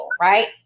right